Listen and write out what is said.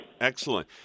Excellent